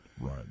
right